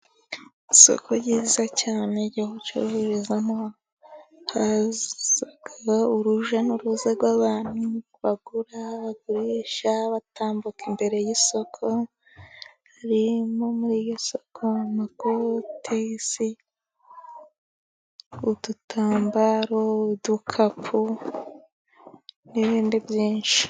Isoko ryiza cyane ryo gucururizamo . Haza urujya n'uruza rw'abantu bagura, baguriasha, batambuka imbere y'isoko. Ririmo muri iryo soko amakotesi ,udutambaro, udukapu n'ibindi byinshi.